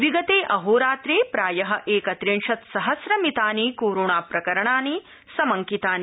विगते अहोरात्रे प्राय एकत्रिंशत् सहस्रमितानि कोरोनाप्रकरणानि समंकितानि